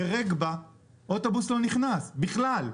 לרגבה אוטובוס לא נכנס בכלל.